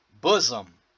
bosom